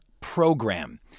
program